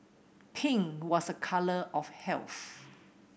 pink was a colour of health